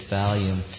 volume